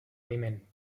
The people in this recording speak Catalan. aliment